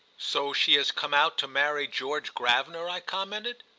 so she has come out to marry george gravener? i commented.